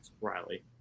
Riley